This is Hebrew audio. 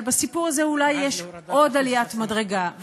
אבל בסיפור הזה אולי יש עוד עליית מדרגה,